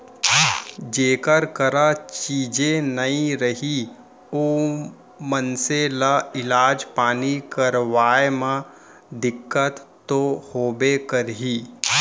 जेकर करा चीजे नइ रही ओ मनसे ल इलाज पानी करवाय म दिक्कत तो होबे करही